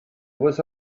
was